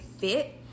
fit